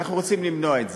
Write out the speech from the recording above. אנחנו רוצים למנוע את זה.